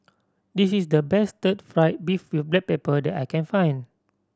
this is the best stir fried beef with black pepper that I can find